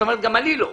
גם אני לא.